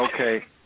Okay